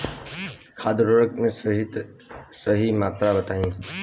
खाद उर्वरक के सही मात्रा बताई?